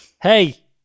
Hey